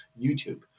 YouTube